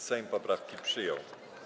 Sejm poprawki przyjął.